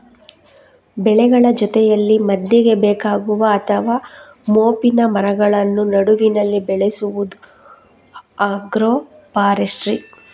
ಬೆಳೆಗಳ ಜೊತೆಯಲ್ಲಿ ಮದ್ದಿಗೆ ಬೇಕಾಗುವ ಅಥವಾ ಮೋಪಿನ ಮರಗಳನ್ನ ನಡುವಿನಲ್ಲಿ ಬೆಳೆಸುದು ಆಗ್ರೋ ಫಾರೆಸ್ಟ್ರಿ